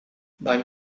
beim